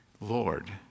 Lord